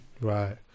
right